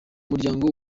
muryango